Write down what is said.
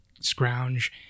scrounge